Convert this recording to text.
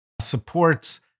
supports